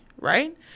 right